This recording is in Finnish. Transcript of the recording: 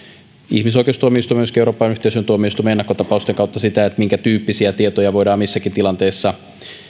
ihmisoikeustuomioistuimen myöskin euroopan yhteisön tuomioistuimen ennakkotapausten kautta sitä minkä tyyppisiä tietoja voidaan missäkin tilanteessa